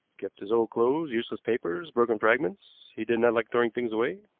kept his old clothes, useless papers broken fragments. he did not like throwing things away.